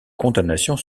condamnations